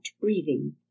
breathing